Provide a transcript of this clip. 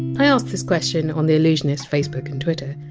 i asked this question on the allusionist facebook and twitter,